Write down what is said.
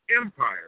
empires